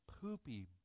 poopy